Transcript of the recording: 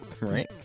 Right